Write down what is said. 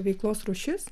veiklos rūšis